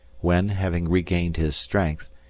when, having regained his strength,